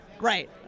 Right